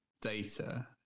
data